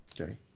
Okay